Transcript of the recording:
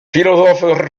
philosophe